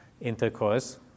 intercourse